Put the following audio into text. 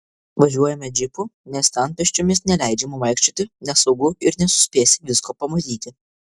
važiuojame džipu nes ten pėsčiomis neleidžiama vaikščioti nesaugu ir nesuspėsi visko pamatyti